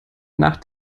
nach